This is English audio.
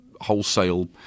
wholesale